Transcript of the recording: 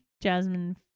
jasmine